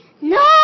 No